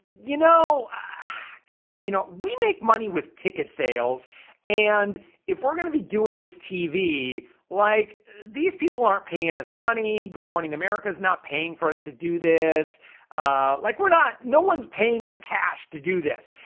you know gosh, you know we make money with ticket sales and if we're gonna be doing this tv like these people aren't paying us money good morning. america is not paying for us to do this like we're not no one's paying us cash to do this.